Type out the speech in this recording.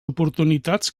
oportunitats